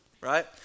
right